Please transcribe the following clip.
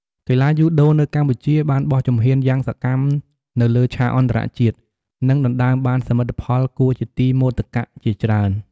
កីឡាយូដូនៅកម្ពុជាបានបោះជំហានយ៉ាងសកម្មនៅលើឆាកអន្តរជាតិ និងដណ្តើមបានសមិទ្ធផលគួរជាទីមោទកៈជាច្រើន ។